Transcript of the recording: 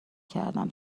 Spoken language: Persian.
کردیم